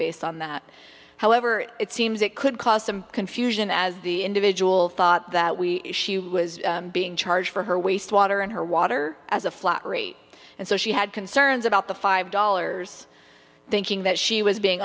based on that however it seems it could cause some confusion as the individual thought that we was being charged for her waste water and her water as a flat rate and so she had concerns about the five dollars thinking that she was being